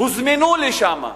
הוזמנו לשם,